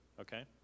okay